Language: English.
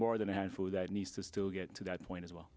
more than a handful that needs to get to that point as well